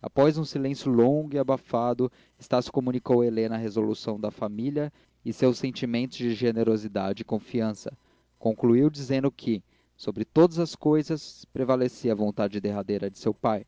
após um silêncio longo e abafado estácio comunicou a helena a resolução da família e seus sentimentos de generosidade e confiança concluiu dizendo que sobre todas as coisas prevalecia a vontade derradeira de seu pai